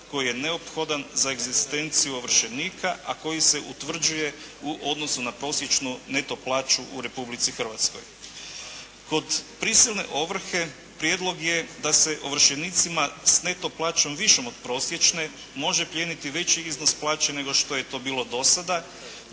koji je neophodan za egzistenciju ovršenika, a koji se utvrđuje u odnosu na prosječnu neto plaću u Republici Hrvatskoj. Kod prisilne ovrhe prijedlog je da se ovršenicima s neto plaćom višom od prosječne može plijeniti veći iznos plaće nego što je to bilo do sada,